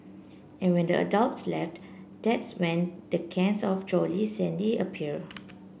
and when the adults left that's when the cans of Jolly Shandy appear